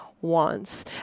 wants